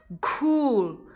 cool